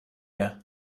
air